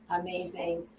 amazing